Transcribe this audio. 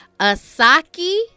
Asaki